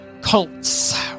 cults